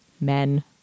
Men